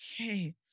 okay